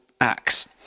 Acts